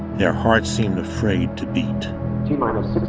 their hearts seemed afraid to beat t-minus